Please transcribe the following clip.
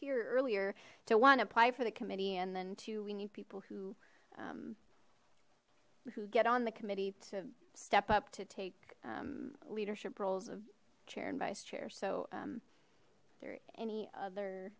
here earlier to one apply for the committee and then two we need people who who get on the committee to step up to take leadership roles of chair and vice chair so there any other